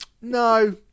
no